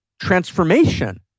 transformation